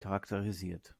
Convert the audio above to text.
charakterisiert